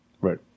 Right